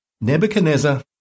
Nebuchadnezzar